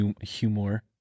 humor